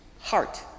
heart